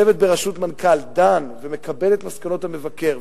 צוות בראשות המנכ"ל דן ומקבל את מסקנות המבקר,